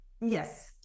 Yes